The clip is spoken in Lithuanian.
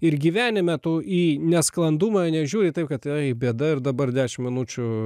ir gyvenime tų į nesklandumą nežiūri taip kad ai bėda ir dabar dešimt minučių